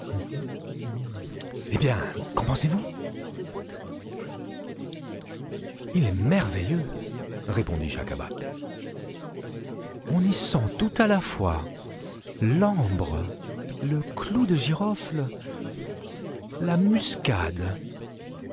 hé bien qu'en pensezvous ii est merveilleux répondit schacabac on y sent tout à la fois l'ambre le clou de girofle la muscade